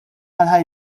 għal